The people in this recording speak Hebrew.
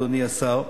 אדוני השר: